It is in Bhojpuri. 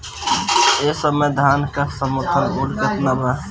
एह समय धान क समर्थन मूल्य केतना बा?